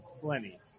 plenty